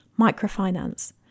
microfinance